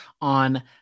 on